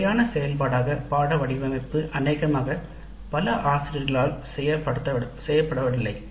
ஒரு முறையான செயல்பாடாக பாடநெறி வடிவமைப்பு அநேகமாக பல ஆசிரியர்களால் செய்யப்படவில்லை